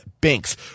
banks